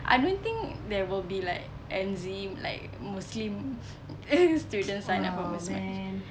I don't think there will be like N_Z muslim students signed up on muzmatch